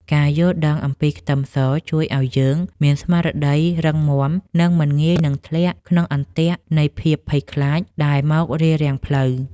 ការយល់ដឹងអំពីខ្ទឹមសជួយឱ្យយើងមានស្មារតីរឹងមាំនិងមិនងាយនឹងធ្លាក់ក្នុងអន្ទាក់នៃភាពភ័យខ្លាចដែលមករារាំងផ្លូវ។